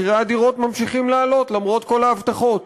מחירי הדירות ממשיכים לעלות למרות כל ההבטחות.